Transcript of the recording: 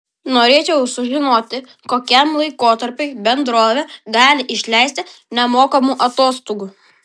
norėčiau sužinoti kokiam laikotarpiui bendrovė gali išleisti nemokamų atostogų